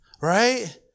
right